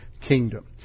kingdom